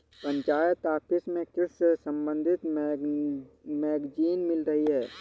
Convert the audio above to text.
panchayat office में कृषि से संबंधित मैगजीन मिल रही है